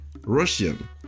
Russian